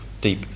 deep